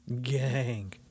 gang